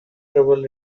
trouble